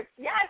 yes